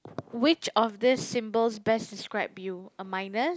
which of this symbols best describe you a minus